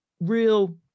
real